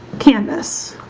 canvas